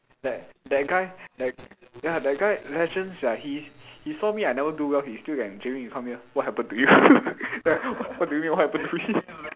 that that guy that ya that guy legend sia he's he saw me I never do well he still can Jamie come here what happen to you like wh~ what do you mean what happen to me